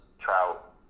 Trout